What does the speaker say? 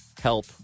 help